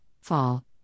fall